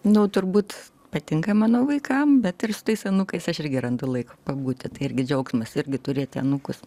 nu turbūt patinka mano vaikam bet ir su tais anūkais aš irgi randu laiko pabūti tai irgi džiaugsmas irgi turėti anūkus